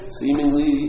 seemingly